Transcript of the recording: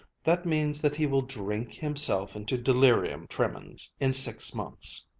that means that he will drink himself into delirium tremens in six months.